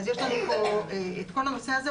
יש לנו את הנושא הזה,